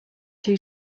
two